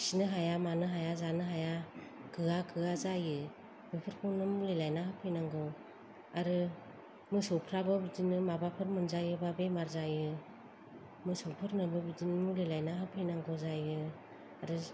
खिनो हाया मानो हाया जानो हाया गोआ गोआ जायो बेफोरखौनो मुलै लायना होफैनांगौ आरो मोसौफ्राबो बिदिनो माबाफोर मोनजायोबा बेमार जायो मोसौफोरनोबो बिदिनो मुलै लायना होफैनांगौ जायो आरो